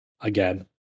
again